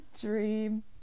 Dream